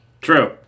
True